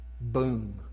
Boom